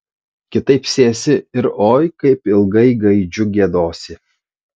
kitaip sėsi ir oi kaip ilgai gaidžiu giedosi